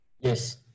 Yes